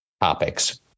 topics